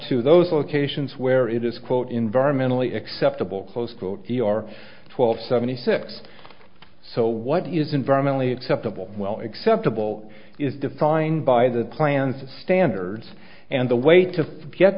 to those locations where it is quote environmentally acceptable close quote he or twelve seventy six so what is environmentally acceptable well acceptable is defined by the plans standards and the way to get